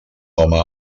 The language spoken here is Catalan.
home